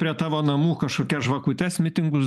prie tavo namų kažkokias žvakutes mitingus